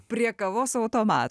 prie kavos automato